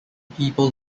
people